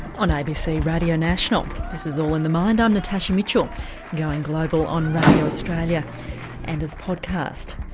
on abc radio national this is all in the mind, i'm natasha mitchell going global on radio australia and as podcast.